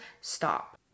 stop